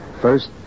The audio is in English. First